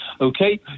okay